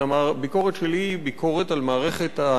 הביקורת שלי היא ביקורת על מערכת הפרקליטות,